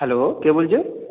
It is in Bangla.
হ্যালো কে বলছেন